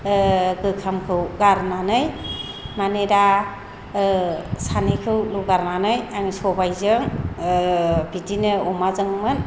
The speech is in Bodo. गोखामखौ गारनानै माने दा सानिखौ लुगारनानै आं सबायजों बिदिनो अमाजोंमोन